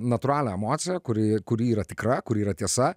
natūralią emociją kuri kuri yra tikra kuri yra tiesa